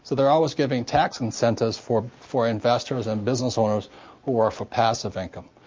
so they're always giving tax incentives for for investors and business owners who are for passive income.